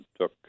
took